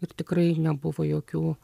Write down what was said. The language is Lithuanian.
ir tikrai nebuvo jokių